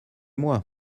moi